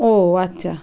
ও আচ্ছা